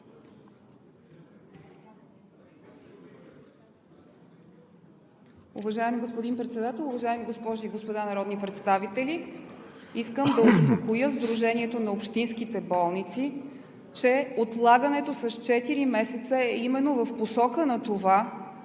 Уважаеми господин Председател, уважаеми госпожи и господа народни представители! Искам да успокоя Сдружението на общинските болници, че отлагането с четири месеца е именно в посока на това